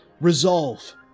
resolve